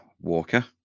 Walker